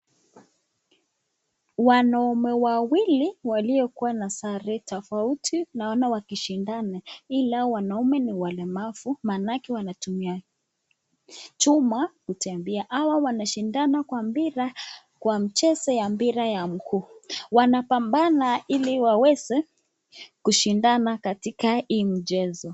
Wanaume wawili waliokuwa na sare tofauti wanaona wakishindana ila ni walemavu maanake wanatumia chuma kutembea Hawa wanashindana kwa mchezo wa mpira wa mkuu wanapambana Ili waweze kushindana katika hii mchezo.